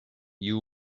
you